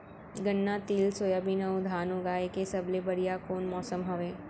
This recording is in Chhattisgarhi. गन्ना, तिल, सोयाबीन अऊ धान उगाए के सबले बढ़िया कोन मौसम हवये?